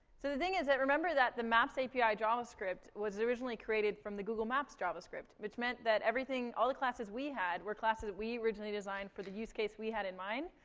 so the thing is, that remember that the map's api javascript was originally created from the google maps javascript, which meant that everything all the classes we had were classes we originally designed for the use case we had in mind.